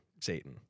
Satan